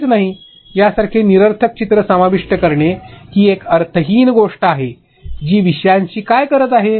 काहीच नाही यासारखी निरर्थक चित्रे सामाविष्ट करणे ही एक अर्थहीन गोष्ट आहे जी विषयांशी काय करत आहे